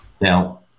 Now